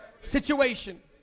situation